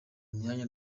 myanya